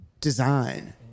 design